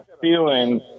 feeling